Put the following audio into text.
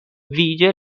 vige